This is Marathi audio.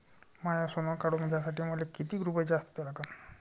माय सोनं काढून घ्यासाठी मले कितीक रुपये जास्त द्या लागन?